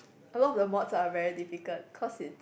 a lot of the mods are very difficult cause it